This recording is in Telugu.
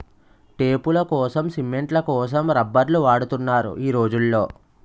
టేపులకోసం, సిమెంట్ల కోసం రబ్బర్లు వాడుతున్నారు ఈ రోజుల్లో